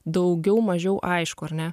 daugiau mažiau aišku ar ne